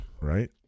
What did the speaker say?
right